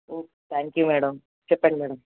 thank you madam చెప్పండి madam